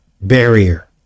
barrier